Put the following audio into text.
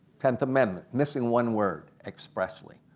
tenth amendment, missing one word, expressly.